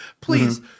Please